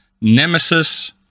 nemesis